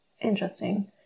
Interesting